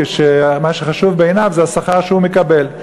כשמה שחשוב בעיניו זה השכר שהוא מקבל.